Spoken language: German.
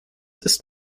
ist